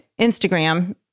Instagram